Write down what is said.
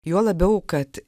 juo labiau kad